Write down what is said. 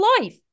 life